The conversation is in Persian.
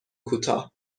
کوتاه